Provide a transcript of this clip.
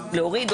חלק להוריד,